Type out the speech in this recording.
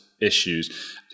issues